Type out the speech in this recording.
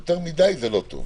יותר מדי זה לא טוב.